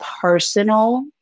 personal